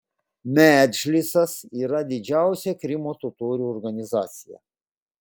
medžlisas yra didžiausia krymo totorių organizacija